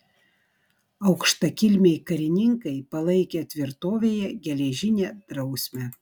aukštakilmiai karininkai palaikė tvirtovėje geležinę drausmę